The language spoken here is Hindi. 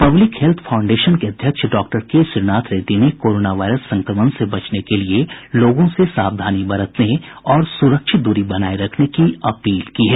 पब्लिक हेल्थ फाउंडेशन के अध्यक्ष डॉक्टर के श्रीनाथ रेड्डी ने कोरोना वायरस संक्रमण से बचने के लिए लोगों से सावधानी बरतने और सुरक्षित दूरी बनाए रखने की अपील की है